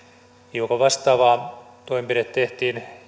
hiukan vastaava toimenpide tehtiin